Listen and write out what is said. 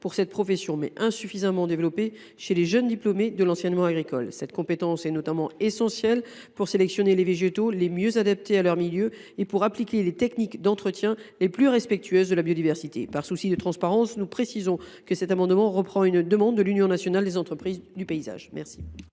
pour cette profession, qui est souvent insuffisamment développée chez les jeunes diplômés de l’enseignement agricole. Cette compétence est notamment cruciale pour sélectionner les végétaux les mieux adaptés à leur milieu et pour appliquer les techniques d’entretien les plus respectueuses de la biodiversité. Par souci de transparence, je précise que cet amendement reprend une demande de l’Union nationale des entreprises du paysage (Unep).